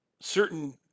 certain